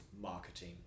marketing